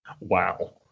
Wow